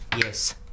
Yes